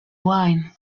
wine